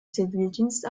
zivildienst